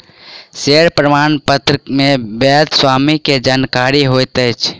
share प्रमाणपत्र मे वैध स्वामी के जानकारी होइत अछि